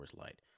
Light